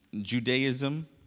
Judaism